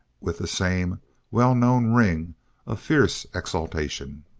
with the same well-known ring of fierce exultation.